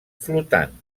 flotant